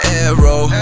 arrow